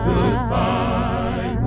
Goodbye